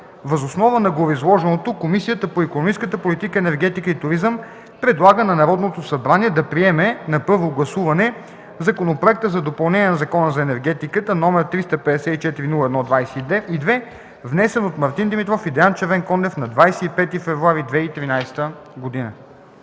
Въз основа на гореизложеното Комисията по икономическата политика, енергетика и туризъм предлага на Народното събрание да приеме на първо гласуване Законопроект за допълнение на Закона за енергетиката, № 354-01-22, внесен от Мартин Димитров и Диан Червенкондев на 25 февруари 2013 г.”